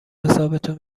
حسابتو